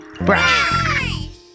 Brush